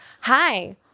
hi